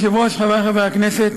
אדוני היושב-ראש, חברי חברי הכנסת,